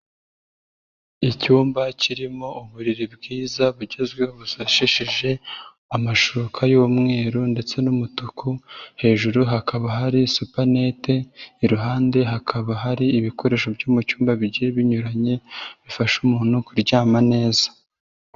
Icyumba kirimo uburiri bwiza bugezweho busashishije amashuka y'umweru ndetse n'umutuku, hejuru hakaba hari supanete, iruhande hakaba hari ibikoresho byo mu cyumba bigiye binyuranye bifasha umuntu kuryama neza.